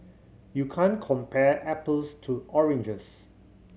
you can't compare apples to oranges